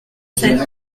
sept